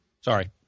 Sorry